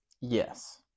Yes